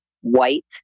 white